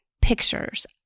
pictures